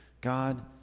God